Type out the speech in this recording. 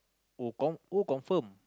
oh con~ oh confirm